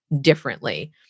differently